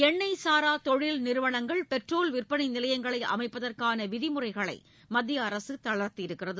எண்ணெய் சாரா தொழில் நிறுவனங்கள் பெட்ரோல் விற்பனை நிலையங்களை அமைப்பதற்கான விதிமுறைகளை மத்திய அரசு தளர்த்தியுள்ளது